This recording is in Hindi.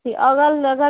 अवल लगल